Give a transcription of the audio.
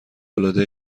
العاده